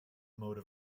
mode